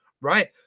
right